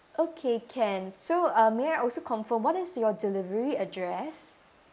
okay can so uh may I also confirm what is your delivery address